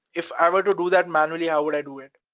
if i were to do that manually, how would i do it?